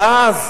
ואז,